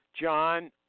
John